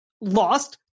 lost